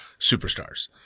superstars